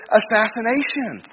assassination